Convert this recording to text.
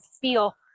feel